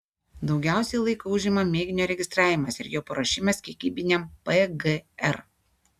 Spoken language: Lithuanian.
daugiausiai laiko užima mėginio registravimas ir jo paruošimas kiekybiniam pgr